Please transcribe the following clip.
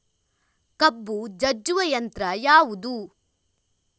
ಕಬ್ಬು ಜಜ್ಜುವ ಯಂತ್ರ ಯಾವುದು?